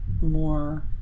more